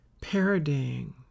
parodying